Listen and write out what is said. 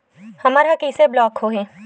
हमर ह कइसे ब्लॉक होही?